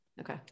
Okay